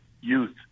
youth